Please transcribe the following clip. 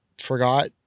forgot